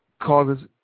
causes